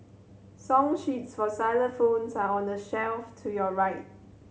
song sheets for xylophones are on the shelf to your right